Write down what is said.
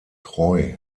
treu